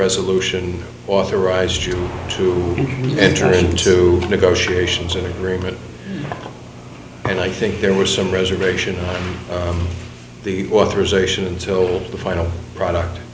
resolution authorized you to enter into negotiations or agreement and i think there were some reservations on the authorization until the final product